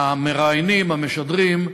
המראיינים, המשדרים,